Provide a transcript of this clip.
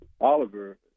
Oliver